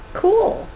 cool